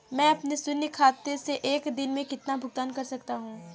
मैं अपने शून्य खाते से एक दिन में कितना भुगतान कर सकता हूँ?